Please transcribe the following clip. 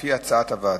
כפי הצעת הוועדה,